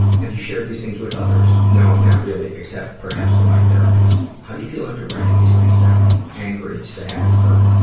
have you shared these things with others? no, not really, except perhaps to my therapist. how do you feel after writing these things down? angry, sad, hurt.